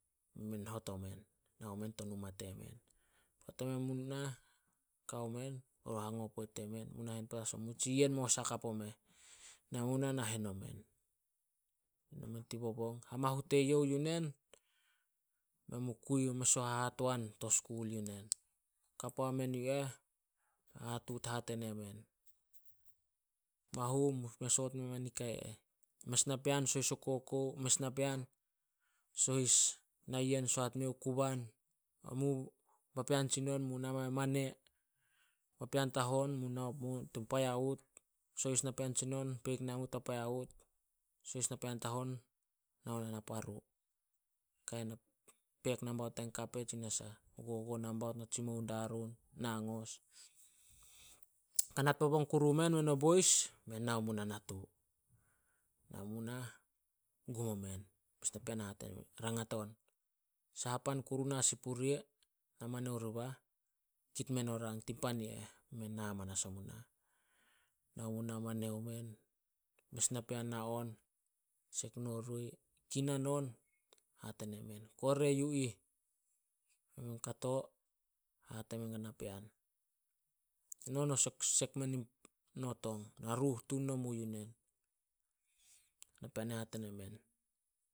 Be men hot omen, nao men to numa temen. Poat emen mu nah, kao men, berun hango poit die men, "Mu na hen petas omu, tsi yen mosa hakap omeh." Nao munah na hen omen. Hamahu teyouh yu nen, men mu kui o mes o hahatoan to skul yu nen. Ka puamen yu eh, hahatut hate nemen, "Mahu me soot memai nika eh. Mes napean sohis o kokou, mes napean sohis na yen soat miouh, kuban ai mu papean tsinon mu na muae mane. Papean tahon munao mu to paiawod, sohis napean tsinon peik nai mu to paiawod, sohis napean tahon nao mu naparu. peek nambaut die kape tsi sah, gogo nambaut na tsimou darun, nangos. Kanat bobong kuru men o boys be men nao men natu. Nao munah, gum omen. Mes napean rangat on. "Saha pan kuru na sin puria, na mane oribah." Kit men o rang tin pani eh. Be men na manas omu nah. Nao men, namane omen. Mes napean nao sek no roi kinan on, hate nemen, "Kore yu ih." Kato, hate men gana napean, "Eno, no sek- sek me tok, naruh tun nomu yu nen." Napean i ih hate nemen,